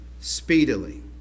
speedily